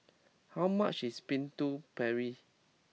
how much is Putu Piring